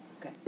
Okay